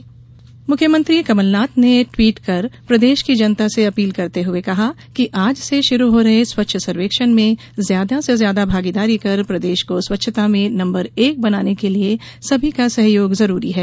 मुख्यमंत्री अपील मुख्यमंत्री कमलनाथ ने ट्वीट कर प्रदेश की जनता से अपील करते हुए कहा कि आज से शुरू हो रहे स्वच्छ सर्वेक्षण में ज्यादा से ज्यादा भागीदारी कर प्रदेश को स्वच्छता में नंबर एक बनाने के लिए सभी का सहयोग जरूरी है